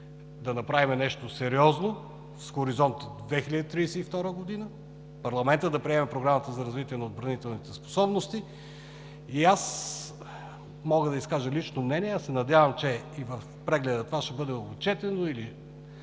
да направим нещо сериозно с хоризонт 2032 г. – парламентът да приеме Програмата за развитие на отбранителните способности. Мога да изкажа лично мнение, надявам се, че и в прегледа това ще бъде отчетено или